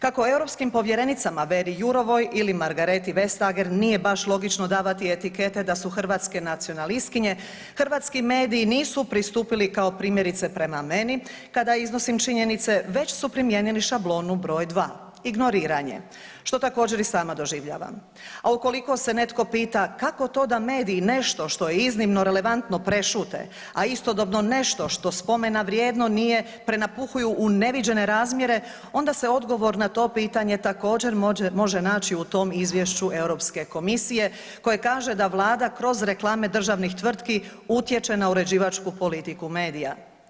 Kako europskim povjerenicama Veri Jourovoj ili Margrethe Vestager nije baš logično davati etikete da su hrvatske nacionalistkinje, hrvatski mediji nisu pristupili kao primjerice prema meni, kada iznosim činjenice, već su primijenili šablonu broj 2, ignoriranje, što također i sama doživljavam a ukoliko se netko pita kako to da mediji nešto što je iznimno relevantno prešute a istodobno nešto što spomena vrijedno nije, prenapuhuju u neviđene razmjere, onda se odgovor na to pitanje također može naći u tom izvješću Europske komisije koje kaže da Vlada kroz reklame državnih tvrtki utječe na uređivačku politiku medija.